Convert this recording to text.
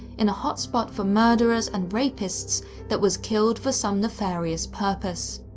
in a hot spot for murderers and rapists that was killed for some nefarious purpose.